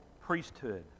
priesthood